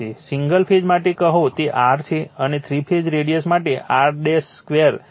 single phase માટે કહો તે R છે અને થ્રી ફેઝની રેડિયસ માટે R2 R છે